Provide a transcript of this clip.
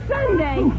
Sunday